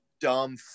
dumb